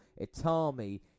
Itami